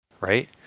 right